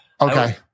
Okay